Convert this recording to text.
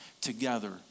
together